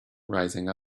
rising